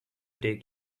take